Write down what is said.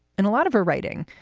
and a lot of her writing,